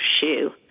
shoe